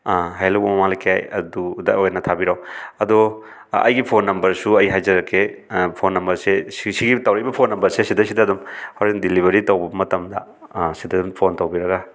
ꯍꯌꯦꯜ ꯂꯕꯨꯛ ꯃꯃꯥꯡ ꯂꯩꯀꯥꯏ ꯑꯗꯨꯗ ꯑꯣꯏꯅ ꯊꯥꯕꯤꯔꯛꯑꯣ ꯑꯗꯣ ꯑꯩꯒꯤ ꯐꯣꯟ ꯅꯝꯕꯔꯁꯨ ꯑꯩ ꯍꯥꯏꯖꯔꯛꯀꯦ ꯐꯣꯟ ꯅꯝꯕꯔꯁꯦ ꯁꯤꯒꯤ ꯇꯧꯔꯛꯏꯕ ꯐꯣꯟ ꯅꯝꯕꯔꯁꯦ ꯁꯤꯗꯩꯁꯤꯗ ꯑꯗꯨꯝ ꯍꯣꯔꯦꯟ ꯗꯤꯂꯤꯕꯔꯤ ꯇꯧꯕ ꯃꯇꯝꯗ ꯁꯤꯗ ꯑꯗꯨꯝ ꯐꯣꯟ ꯇꯧꯕꯤꯔꯒ